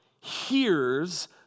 hears